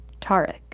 Tarek